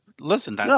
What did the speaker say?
listen